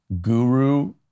guru